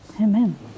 Amen